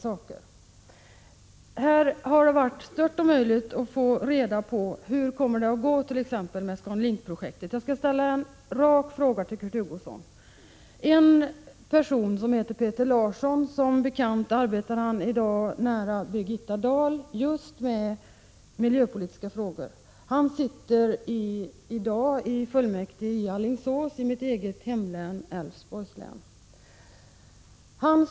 Det kan t.ex. vara stört omöjligt att få reda på hur det kommer att gå med ScanLink-projektet. Jag skall ställa en rak fråga till Kurt Hugosson. En person som heter Peter Larsson, vilken som bekant i dag arbetar nära Birgitta Dahl med just miljöpolitiska frågor, sitter i kommunfullmäktige i Alingsås i mitt eget hemlän Älvsborgs län.